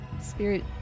spirit